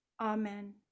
Amen